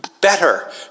better